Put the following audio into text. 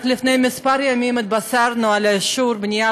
רק לפני כמה ימים התבשרנו על אישור בנייה